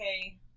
Okay